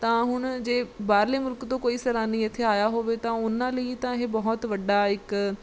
ਤਾਂ ਹੁਣ ਜੇ ਬਾਹਰਲੇ ਮੁਲਕ ਤੋਂ ਕੋਈ ਸੈਲਾਨੀ ਇੱਥੇ ਆਇਆ ਹੋਵੇ ਤਾਂ ਉਹਨਾਂ ਲਈ ਤਾਂ ਇਹ ਬਹੁਤ ਵੱਡਾ ਇੱਕ